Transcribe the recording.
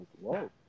whoa